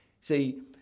See